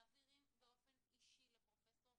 מעבירים באופן אישי לפרופ'